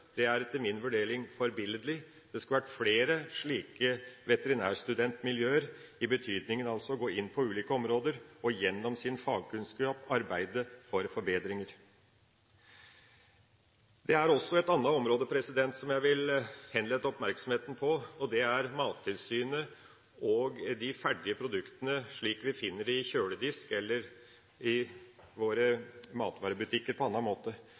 er etter min vurdering forbilledlig. Det skulle vært flere slike veterinærstudentmiljøer som går inn på ulike områder, og som gjennom sin fagkunnskap arbeider for forbedringer. Det er et annet område jeg også vil henlede oppmerksomheten på. Det er Mattilsynet og de ferdige produktene, slik vi finner dem i kjøledisken eller på annen måte oppbevart i våre matvarebutikker. Det gjelder både produktinformasjonen på